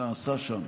שנעשה שם,